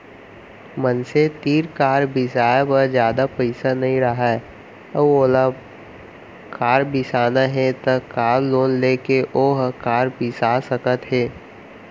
मनसे तीर कार बिसाए बर जादा पइसा नइ राहय अउ ओला कार बिसाना हे त कार लोन लेके ओहा कार बिसा सकत हे